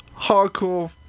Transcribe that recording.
hardcore